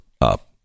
up